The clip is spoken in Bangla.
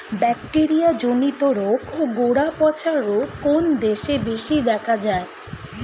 ব্যাকটেরিয়া জনিত রোগ ও গোড়া পচা রোগ কোন দেশে বেশি দেখা যায়?